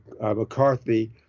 McCarthy